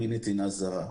אם היא נתינה זרה.